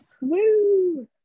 Woo